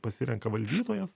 pasirenka valdytojas